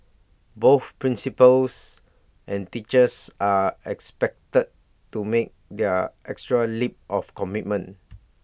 both principals and teachers are expected to make their extra leap of commitment